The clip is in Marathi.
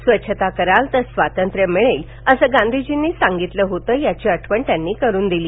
स्वच्छता कराल तर स्वातंत्र्य मिळेल असं गांधीजीनी सांगितलं होतं याची आठवण त्यांनी करून दिली